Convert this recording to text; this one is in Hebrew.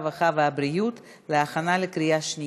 הרווחה והבריאות נתקבלה.